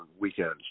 weekends